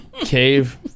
cave